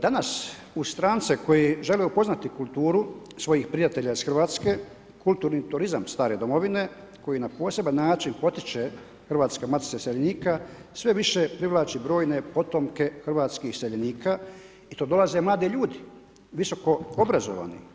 Danas uz strance koji žele upoznati kulturu svojih prijatelja iz Hrvatske, kulturni turizam stare domovine koji na poseban način potiče Hrvatska matica iseljenika, sve više privlači brojne potomke hrvatskih iseljenika i to dolaze mladi ljudi, visokoobrazovani.